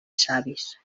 savis